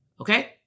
Okay